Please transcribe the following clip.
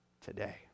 today